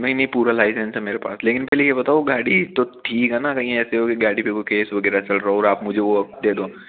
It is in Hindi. नहीं नहीं पूरा लाइसेंस है मेरे पास लेकिन पहले ये बताओ गाड़ी तो ठीक है ना कहीं ऐसे होगी गाड़ी पे कोई केस वगैरह चल रहा है और आप मुझे वो दे दो